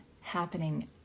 happening